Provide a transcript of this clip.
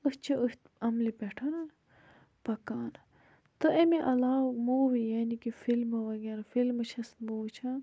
أسۍ چھِ أتھۍ عملہِ پٮ۪ٹھ پَکان تہٕ امہِ علاوٕ موٗوی یعنی کہِ فِلمہٕ وغیرہ فِلمہٕ چھَس نہٕ بہٕ وٕچھان